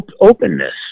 openness